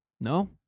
No